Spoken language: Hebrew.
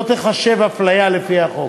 לא תיחשב הפליה לפי החוק.